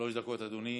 שלוש דקות, אדוני.